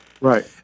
right